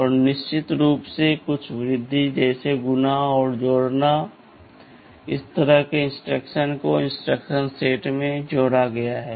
और निश्चित रूप से कुछ वृद्धि जैसे गुणा और जोड़ना हैं इस तरह के इंस्ट्रक्शंस को इंस्ट्रक्शन सेट में जोड़ा गया है